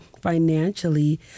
financially